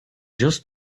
just